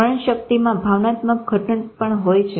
સ્મરણ શક્તિમાં ભાવનાત્મક ઘટકો પણ હોય છે